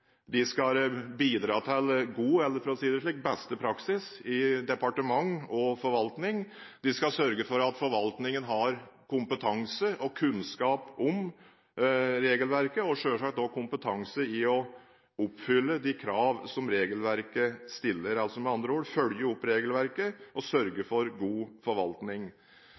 De skal bidra til god eller – for å si det slik – beste praksis i departement og forvaltning, de skal sørge for at forvaltningen har kompetanse og kunnskap om regelverket og selvsagt også kompetanse i å oppfylle de krav som regelverket stiller. Med andre ord: De skal følge opp regelverket og sørge for god forvaltning.